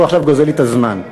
הוא עכשיו גוזל לי את הזמן.